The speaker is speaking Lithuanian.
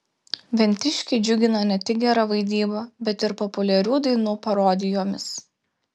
ventiškiai džiugina ne tik gera vaidyba bet ir populiarių dainų parodijomis